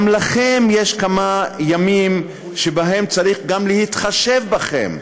גם לכם יש כמה ימים שבהם צריך להתחשב גם בכם.